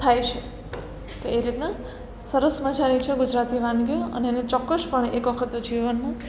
થાય છે તો એ રીતના સરસ મજાની છે ગુજરાતની વાનગીઓ અને એને ચોક્કસપણે એકવખત જીવનમાં